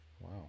wow